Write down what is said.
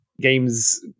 games